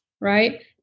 right